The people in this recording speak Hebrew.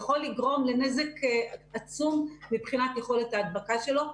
יכול לגרום לנזק עצום מבחינת יכולת ההדבקה שלו.